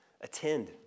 Attend